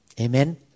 Amen